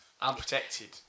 unprotected